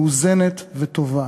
מאוזנת וטובה.